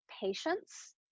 patience